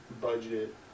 budget